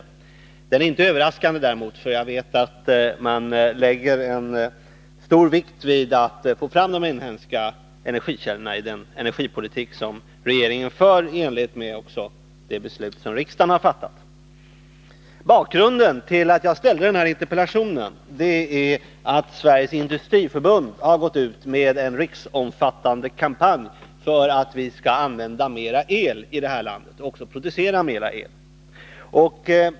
Den är däremot inte överraskande, för jag vet att regeringen i den energipolitik som man för i enlighet med det beslut som riksdagen har fattat lägger stor vikt vid att vi skall få fram inhemska energikällor. Bakgrunden till att jag ställde denna interpellation är att Sveriges industriförbund har gått ut med en riksomfattande kampanj för att vi i detta land skall producera och använda mer el.